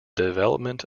development